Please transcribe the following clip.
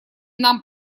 нам